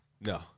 no